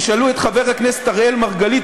תשאלו את חבר הכנסת אראל מרגלית,